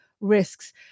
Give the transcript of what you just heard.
risks